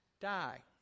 die